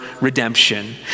redemption